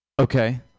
Okay